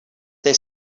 they